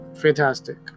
fantastic